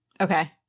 Okay